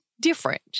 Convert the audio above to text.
different